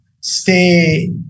stay